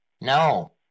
No